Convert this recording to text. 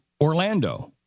Orlando